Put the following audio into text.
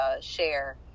share